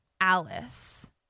Alice